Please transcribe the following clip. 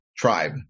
tribe